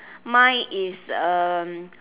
mine is uh